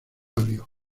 abrió